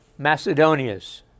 Macedonias